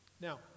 Now